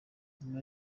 nyuma